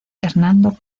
hernando